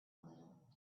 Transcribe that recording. little